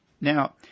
Now